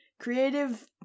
Creative